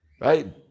right